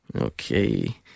Okay